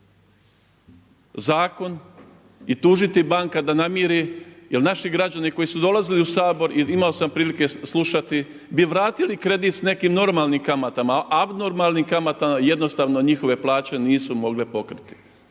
zakon i tužiti banka da namiri jer naši građani koji su dolazili u Sabor i imao sam prilike slušati bi vratili kredit s nekim normalnim kamatama, a abnormalnim kamatama jednostavno njihove plaće nisu mogle pokriti.